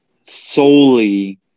solely